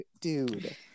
dude